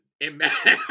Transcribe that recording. Imagine